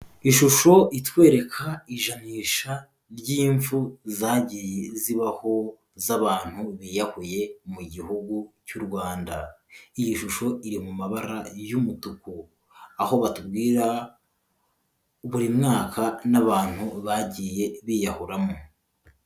Ishusho itwereka ijanisha ry'impfu zagiye zibaho z'abantu biyahuye mu gihugu cy'u Rwanda iyi shusho iri mu mabara y'umutuku aho batubwira buri mwaka n'abantu bagiye biyahuramo.